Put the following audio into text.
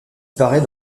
apparaît